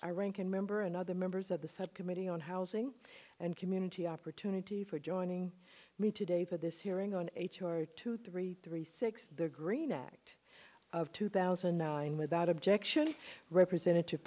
ranking member and other members of the subcommittee on housing and community opportunity for joining me today for this hearing on h r two three three six the green act of two thousand and nine without objection to representative